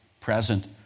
present